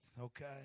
okay